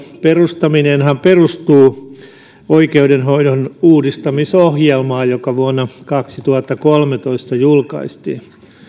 perustaminenhan perustuu oikeudenhoidon uudistamisohjelmaan joka vuonna kaksituhattakolmetoista julkaistiin